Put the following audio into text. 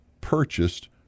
purchased